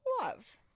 love